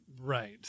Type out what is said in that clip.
Right